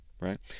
Right